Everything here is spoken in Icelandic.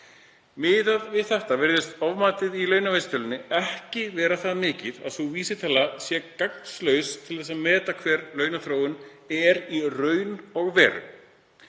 Miðað við þetta virðist ofmatið í launavísitölunni ekki vera það mikið að sú vísitala sé gagnslaus til þess að meta hver launaþróun er í raun og veru.